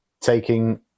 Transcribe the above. taking